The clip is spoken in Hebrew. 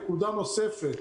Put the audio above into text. נקודה נוספת,